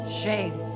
shame